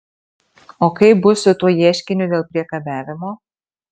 o kaip bus su tuo ieškiniu dėl priekabiavimo